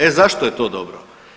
E zašto je to dobro?